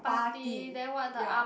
party ya